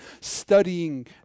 studying